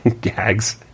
gags